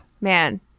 Man